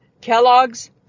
Kellogg's